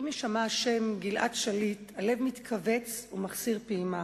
עם הישמע השם גלעד שליט הלב מתכווץ ומחסיר פעימה.